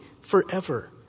forever